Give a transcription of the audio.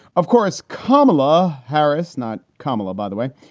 of course, kamala harris, not kamala, by the way,